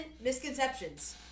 misconceptions